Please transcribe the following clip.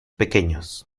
pequeños